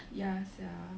ya sia